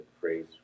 phrase